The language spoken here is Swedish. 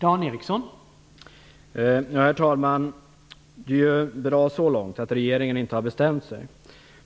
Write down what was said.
Herr talman! Det är bra så långt att regeringen inte har bestämt sig.